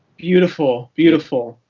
beautiful. beautiful.